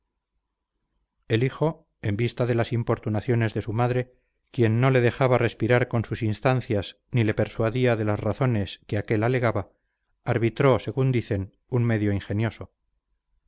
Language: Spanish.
el hijo en vista de las importunaciones de su madre quien no le dejara respirar con sus instancias ni se persuadía de las razones que aquél alegaba arbitró según dicen un medio ingenioso